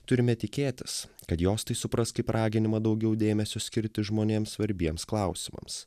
turime tikėtis kad jos tai supras kaip raginimą daugiau dėmesio skirti žmonėms svarbiems klausimams